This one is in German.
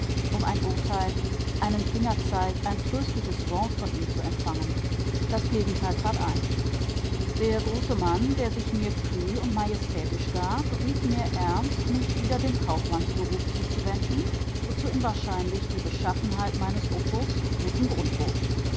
um ein urteil einen fingerzeig ein tröstliches wort von ihm zu empfangen das gegenteil trat ein der große mann der sich mir kühl und majestätisch gab riet mir ernst mich wieder dem kaufmannsberuf zuzuwenden wozu ihm wahrscheinlich die beschaffenheit meines opus guten grund bot